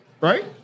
Right